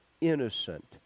innocent